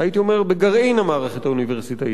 הייתי אומר, בגרעין המערכת האוניברסיטאית.